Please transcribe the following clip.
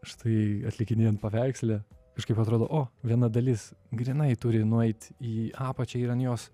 štai atlikinėjant paveiksle kažkaip atrodo o viena dalis grynai turi nueit į apačią ir an jos